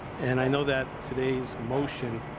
and i know that today's motion